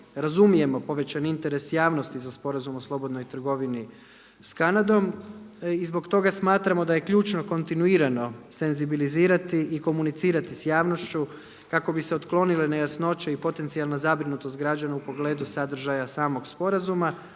razumijemo povećan interes javnosti za Sporazumom o slobodnoj trgovini sa Kanadom. I zbog toga smatramo da je ključno kontinuirano senzibilizirati i komunicirati s javnošću kako bi se otklonile nejasnoće i potencijalna zabrinutost građana u pogledu sadržaja samog sporazuma